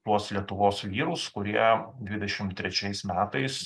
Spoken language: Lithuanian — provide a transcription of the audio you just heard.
tuos lietuvos vyrus kurie dvidešim trečiais metais